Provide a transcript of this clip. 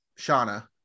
shauna